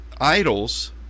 idols